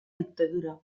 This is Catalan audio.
dictadura